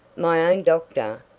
my own doctor?